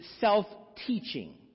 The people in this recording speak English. self-teaching